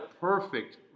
perfect